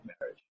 marriage